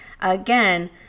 again